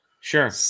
Sure